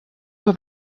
have